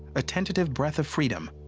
a tentative breath of freedom.